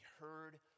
heard